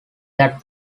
that